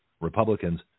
Republicans